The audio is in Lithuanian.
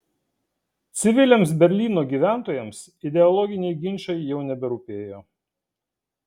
civiliams berlyno gyventojams ideologiniai ginčai jau neberūpėjo